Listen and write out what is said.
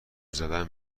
زدن